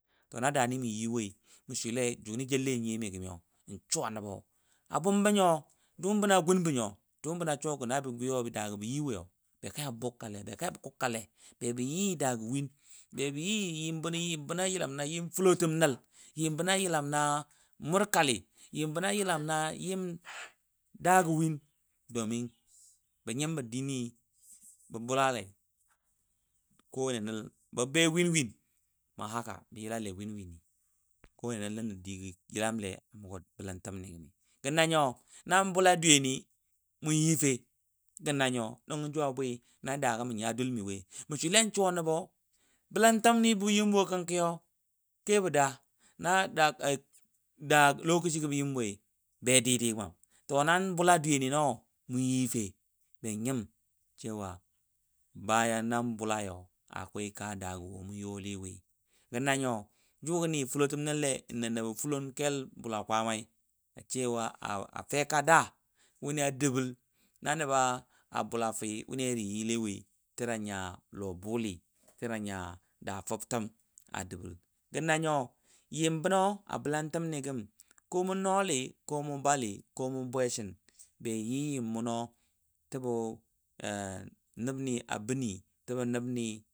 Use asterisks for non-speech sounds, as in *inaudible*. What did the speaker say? *unintelligible* na daani mə yɨ woɨ mə swiLe Jonɨ jeiLe nyiYomɨ gə mə yo n suwa nəbo. A bumbənyo, doom bəna gun bə nyo, doom bə na suwagə ka bə bugkaLe, be kabə kukkaLe beba Yɨ daa gɔ win, be bə yɨ yɨm bə nəL Yɨm bəna yəlam na- murkaLɨ bə bioLaLei *unintelligible* bə be win win *unintelligible* bə yə Lale winɨ *unintelligible* nən nə dɨ yɨLamle mugo bə Lantən Juwabwɨ, na daaga mə nya duLmɨ woi mə switwn suwa nəbo- bəLəntəmnɨ bə Yəmwo kəngkɨ Yo Ke bə daa. nə-da a- daa *unintelligible* bə yɨm wo yo be dɨdɨ gwam *unintelligible* nan bota dwiyeni no muyife? benyəm *unintelligible* nan boLayo *unintelligible* kaa daa gə wo mu YALe woɨ Ga nanyo, jo gənɨ foLon keL Bula kwan nə bə fuLon keL bula kwa amai *unintelligible* "a- a feka daa wonɨ ya də bə L, wuɨ na nə ba- a bulafɨ wunɨ ya jɨyɨ lewoi tə da ya- Lo buLɨ, tə danya daa Fəbtəm a dəbəL. Gə nanyo yəm bə no a bəno a bəLəntəmnɨ gəm, *unintelligible* mu nALɨ *unintelligible* mu baLɨ *unintelligible* bwesɨn a bənɨ təbə nəbnɨ.